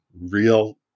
real